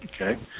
okay